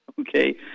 Okay